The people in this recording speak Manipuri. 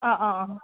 ꯑꯥ ꯑꯥ ꯑꯥ